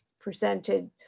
presented